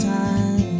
time